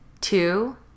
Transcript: Two